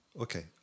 okay